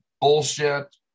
bullshit